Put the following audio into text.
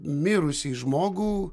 mirusį žmogų